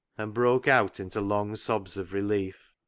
and broke out into long sobs of relief.